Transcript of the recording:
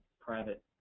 private